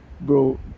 Bro